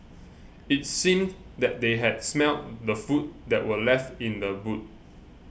it seemed that they had smelt the food that were left in the boot